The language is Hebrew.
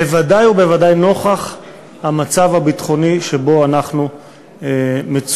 בוודאי ובוודאי נוכח המצב הביטחוני שבו אנחנו מצויים.